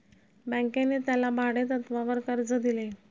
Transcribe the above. बँकेने त्याला भाडेतत्वावर कर्ज दिले